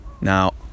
Now